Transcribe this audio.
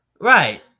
Right